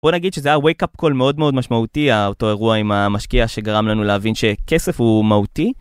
בוא נגיד שזה היה wake-up call מאוד מאוד משמעותי, ה... אותו אירוע עם המשקיע שגרם לנו להבין שכסף הוא מהותי.